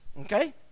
okay